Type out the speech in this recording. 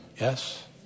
Yes